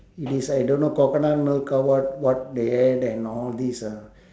it is I don't know coconut milk come out what they add and all this ah